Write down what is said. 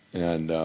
and